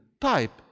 type